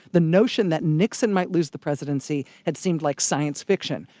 the notion that nixon might lose the presidency had seemed like science-fiction.